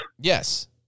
Yes